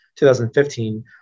2015